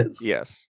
yes